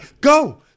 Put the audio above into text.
go